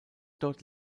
dort